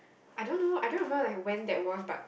I don't know I don't remember when that was but